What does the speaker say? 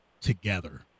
together